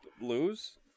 lose